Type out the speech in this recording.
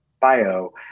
bio